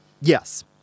yes